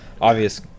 obvious